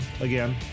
again